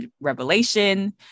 Revelation